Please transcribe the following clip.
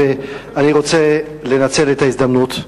אני רוצה לנצל את ההזדמנות,